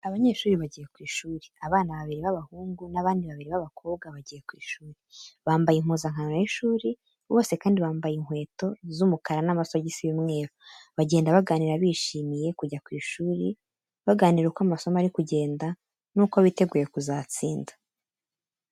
Abanyeshuri bagiye ku ishuri, abana babiri b'abahungu n'abandi babiri b'abakobwa bagiye ku ishuri, bambaye impuzankano y'ishuri, bose kandi bambaye inkweto z'umukara ndetse n'amasogisi y'umweru. Bagenda baganira bishimiye kujya ku ishuri, baganira uko amasomo ari kugenda nuko biteguye kuzatsinda.